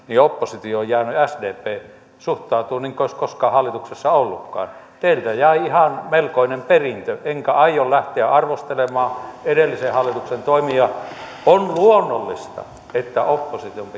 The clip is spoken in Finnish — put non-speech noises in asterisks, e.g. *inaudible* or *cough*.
oppositioon jäänyt sdp suhtautuu niin kuin ei olisi koskaan hallituksessa ollutkaan teiltä jäi ihan melkoinen perintö enkä aio lähteä arvostelemaan edellisen hallituksen toimia on luonnollista että opposition *unintelligible*